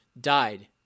died